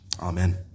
Amen